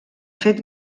fet